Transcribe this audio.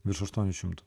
virš aštuonių šimtų